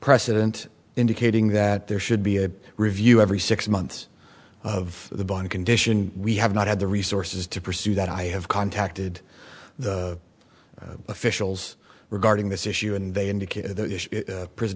precedent indicating that there should be a review every six months of the bond condition we have not had the resources to pursue that i have contacted the officials regarding this issue and they